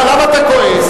למה אתה כועס?